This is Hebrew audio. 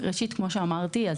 כמו שאמרתי,